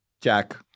Jack